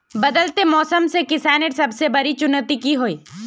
बदलते मौसम से किसानेर सबसे बड़ी चुनौती की होय?